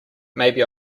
maybe